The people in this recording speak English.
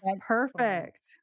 perfect